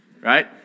right